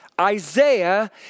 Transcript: Isaiah